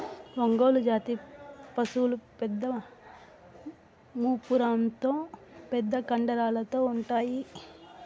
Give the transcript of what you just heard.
ఒంగోలు జాతి పసులు పెద్ద మూపురంతో పెద్ద కండరాలతో ఉంటాయి